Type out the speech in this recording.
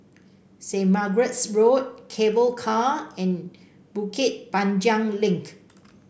Saint Margaret's Road Cable Car and Bukit Panjang Link